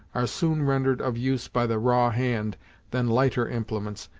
are sooner rendered of use by the raw hand than lighter implements,